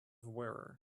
wearer